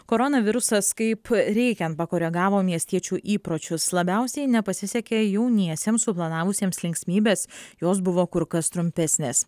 koronavirusas kaip reikiant pakoregavo miestiečių įpročius labiausiai nepasisekė jauniesiems suplanavusiems linksmybes jos buvo kur kas trumpesnės